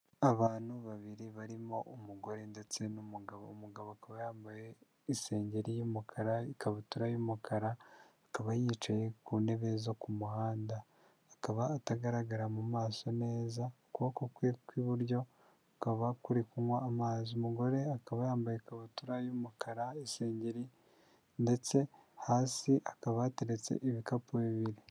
Abantu babiri barimo umugore ndetse n'umugabo, umugabo akaba yambaye isengeri y'umukara ikakabutura y'umukara akaba yicaye ku ntebe zo ku muhanda, akaba atagaragara mu maso neza ukuboko kwe kw'iburyo kukaba kuri kunywa amazi, umugore akaba yambaye ikabutura y'umukara, isengeri ndetse hasi hakaba hateretse ibikapu bibiri.